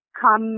come